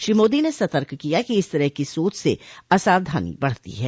श्री मोदी ने सतर्क किया कि इस तरह की सोच से असावधानो बढती है